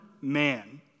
man